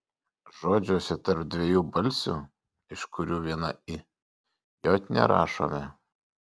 žodžiuose tarp dviejų balsių iš kurių viena i j nerašome